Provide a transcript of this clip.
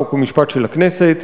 חוק ומשפט של הכנסת,